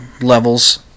levels